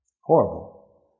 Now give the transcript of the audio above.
Horrible